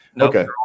Okay